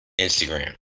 Instagram